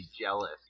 jealous